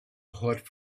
hot